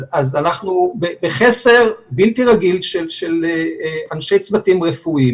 אז אנחנו בחסר בלתי רגיל של אנשי צוות רפואיים,